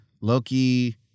Loki